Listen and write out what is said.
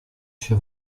się